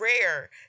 rare